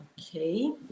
Okay